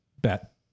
bet